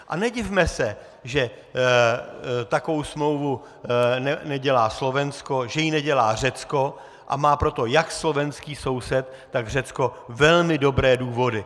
A nedivme se, že takovou smlouvu nedělá Slovensko, že ji nedělá Řecko, a má pro to jak slovenský soused, tak Řecko velmi dobré důvody.